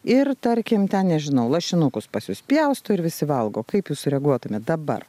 ir tarkim ten nežinau lašinukus pas jus pjausto ir visi valgo kaip jūs sureaguotumėt dabar